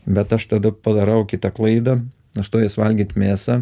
bet aš tada padarau kitą klaidą nustojęs valgyt mėsą